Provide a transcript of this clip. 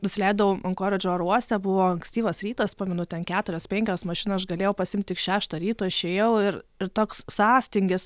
nusileidau ankoridžo oro uoste buvo ankstyvas rytas pamenu ten keturios penkios mašiną aš galėjau pasiimt tik šeštą ryto išėjau ir ir toks sąstingis